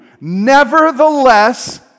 Nevertheless